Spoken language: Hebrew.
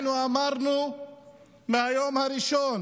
אנחנו אמרנו מהיום הראשון